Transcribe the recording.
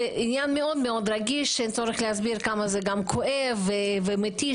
מאוד רגיש ואין צורך להסביר כמה זה כואב ומתיש.